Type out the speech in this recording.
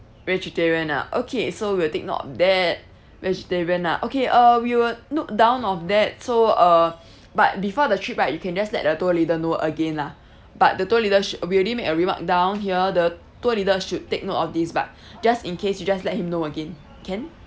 vegetarian ah okay so we'll take note on that vegetarian ah okay uh we will note down on that so uh but before the trip right you can just let the tour leader know again lah but the tour leader should uh we already make a remark down here the tour leader should take note of this but just in case you just let him know again can